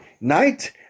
night